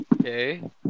Okay